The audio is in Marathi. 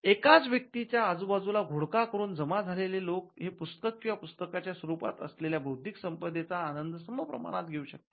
एकाच व्यक्तीच्या आजूबाजूला घोळका करून जमा झालेले लोक हे पुस्तक किंवा पुस्तकाच्या स्वरूपात असलेल्या बौद्धिक संपदेचा आनंद समप्रमाणात घेऊ शकतात